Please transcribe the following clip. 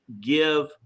give